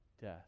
Death